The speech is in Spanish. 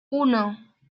uno